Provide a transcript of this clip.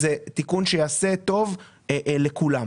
זה תיקון שיעשה טוב לכולם.